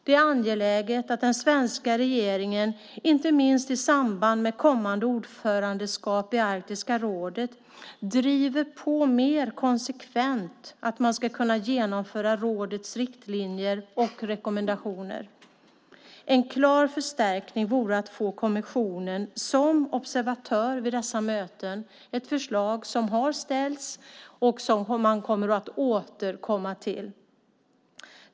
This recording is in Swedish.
Det är angeläget att den svenska regeringen, inte minst i samband med kommande ordförandeskap i Arktiska rådet driver på mer konsekvent att man ska kunna genomföra rådets riktlinjer och rekommendationer. En klar förstärkning vore att få kommissionen som observatör vid dessa möten. Det är ett förslag som har ställts och som man kommer att återkomma till.